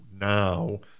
Now